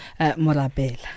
Morabel